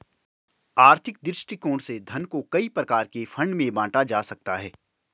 आर्थिक दृष्टिकोण से धन को कई प्रकार के फंड में बांटा जा सकता है